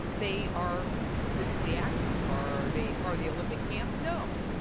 um they are physically active. are they part of the olympic camp? no.